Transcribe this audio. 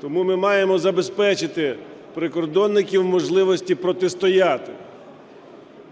Тому ми маємо забезпечити прикордонників можливістю протистояти